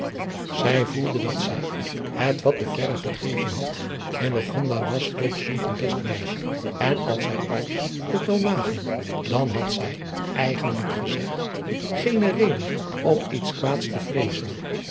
zij voelde dat zij het wat te verre gedreven had hillegonda was toch zulk een best meisje en als zij alles ook wel naging dan had zij eigenlijk gezegd geene reden om iets kwaads te vreezen